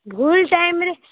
ଭୁଲ ଟାଇମ୍ରେ